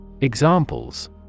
Examples